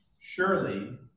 Surely